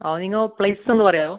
ആ നിങ്ങൾ പ്ലേസ് ഒന്ന് പറയാമോ